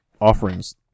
offerings